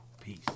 peace